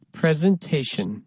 presentation